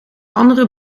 andere